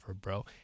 bro